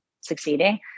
succeeding